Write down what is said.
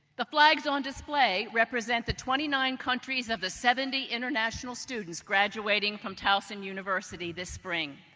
the flags on display represent the twenty nine countries of the seventy international students graduating from towson university this spring.